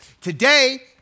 Today